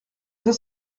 deux